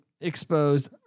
Exposed